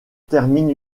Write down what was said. termine